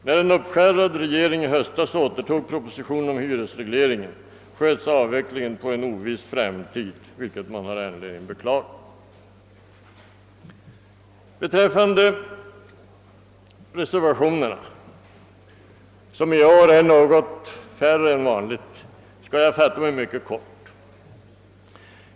När en uppskärrad regering i höstas återtog propositionen om hyresregleringen, sköts avvecklingen på en oviss framtid, vilket man har anledning att beklaga. Beträffande reservationerna, som i år är något färre än vanligt, skall jag fatta mig mycket kort.